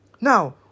Now